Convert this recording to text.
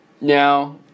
Now